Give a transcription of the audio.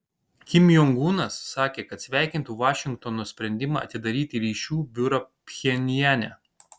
kim jong unas sakė kad sveikintų vašingtono sprendimą atidaryti ryšių biurą pchenjane